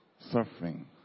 suffering